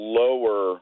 lower